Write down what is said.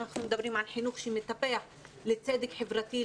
אנחנו מדברים על חינוך שמטפח לצדק חברתי,